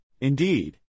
Indeed